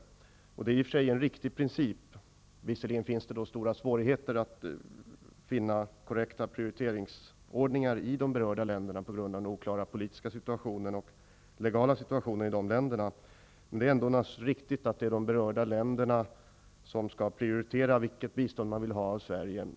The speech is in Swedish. Det är i och för sig en riktig princip. Visserligen finns det då stora svårigheter att finna korrekta prioriteringsordningar i de berörda länderna på grund av den oklara politiska och legala situationen i dessa länder. Det är naturligtvis ändå riktigt att det är de berörda länderna som skall prioritera vilket bistånd man vill ha av Sverige.